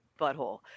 butthole